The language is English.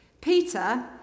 Peter